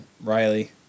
Riley